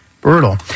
Brutal